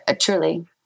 truly